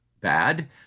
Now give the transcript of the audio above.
bad